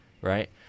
right